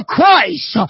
Christ